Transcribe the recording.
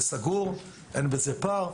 זה סגור, אין בזה פער.